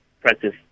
practice